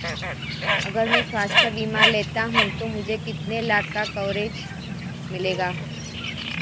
अगर मैं स्वास्थ्य बीमा लेता हूं तो मुझे कितने लाख का कवरेज मिलेगा?